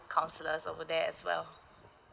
counsellors over there as well